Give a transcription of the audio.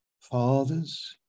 fathers